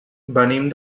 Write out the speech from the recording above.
venim